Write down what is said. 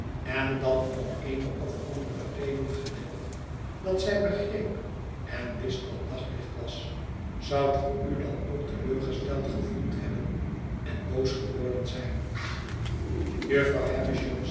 en dan om eene of andere reden gewild dat zij begreep en wist wat daglicht was zoudt ge u dan ook teleurgesteld gevoeld hebben en boos geworden zijn jufvrouw